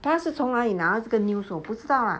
他是从哪里拿那个 news 我不知道 lah